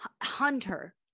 hunter